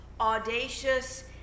audacious